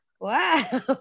Wow